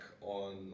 on